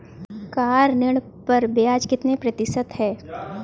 Car ऋण पर ब्याज कितने प्रतिशत है?